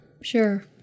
Sure